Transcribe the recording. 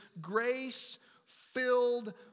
grace-filled